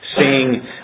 Seeing